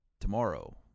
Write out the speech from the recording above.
tomorrow